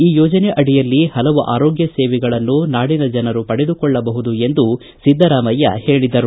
ಈ ಯೋಜನೆ ಅಡಿಯಲ್ಲಿ ಪಲವು ಆರೋಗ್ಯ ಸೇವೆಗಳನ್ನು ನಾಡಿನ ಜನರು ಪಡೆಯಬಹುದು ಎಂದು ಸಿದ್ದರಾಮಯ್ಯ ಹೇಳಿದರು